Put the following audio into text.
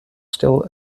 still